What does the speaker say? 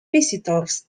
visitors